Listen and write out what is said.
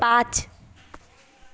پانچ